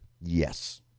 Yes